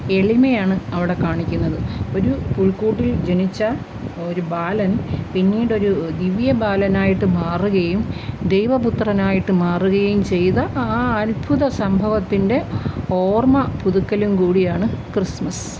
എളിമയാണ് അവിടെ കാണിക്കുന്നത് ഒരു പുൽക്കൂട്ടിൽ ജനിച്ച ഒരു ബാലൻ പിന്നീടൊരു ദിവ്യ ബാലനായിട്ട് മാറുകയും ദൈവ പുത്രനായിട്ട് മാറുകയും ചെയ്ത ആ അത്ഭുത സംഭവത്തിൻ്റെ ഓർമ്മ പുതുക്കലും കൂടിയാണ് ക്രിസ്മസ്